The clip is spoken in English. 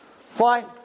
Fine